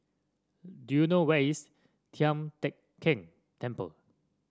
do you know where is Tian Teck Keng Temple